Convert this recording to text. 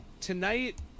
tonight